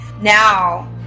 Now